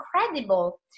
incredible